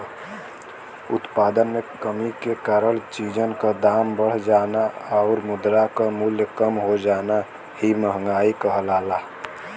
उत्पादन में कमी के कारण चीजन क दाम बढ़ जाना आउर मुद्रा क मूल्य कम हो जाना ही मंहगाई कहलाला